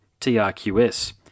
TRQS